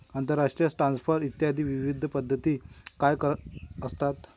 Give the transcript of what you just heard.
आंतरराष्ट्रीय ट्रान्सफर इत्यादी विविध पद्धती काय असतात?